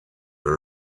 were